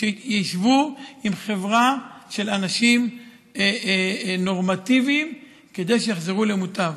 ושישבו בחברה של אנשים נורמטיביים כדי שיחזרו למוטב.